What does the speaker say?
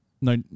No